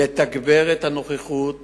לתגבר את הנוכחות